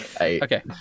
Okay